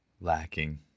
lacking